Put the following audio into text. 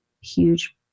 huge